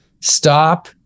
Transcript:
stop